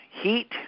heat